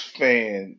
fan